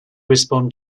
respond